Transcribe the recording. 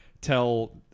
tell